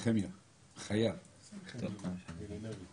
להשאיר את